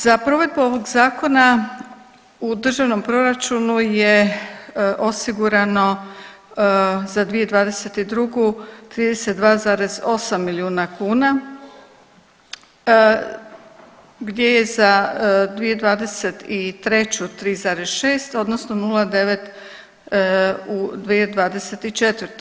Za provedbu ovog Zakona u državnom proračunu je osigurano za 2022. 32,8 milijuna kuna, gdje je za 2023. 3,6 odnosno 0,9 u 2024.